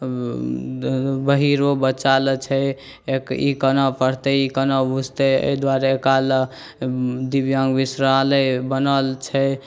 बहिरो बच्चालए छै ई कोना पढ़तै ई कोना बुझतै एहि दुआरे एकरालए दिव्याङ्ग विश्रालय बनल छै